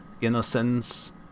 innocence